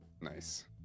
Nice